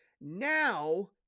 now